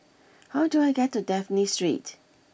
how do I get to Dafne Street